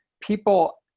people